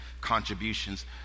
contributions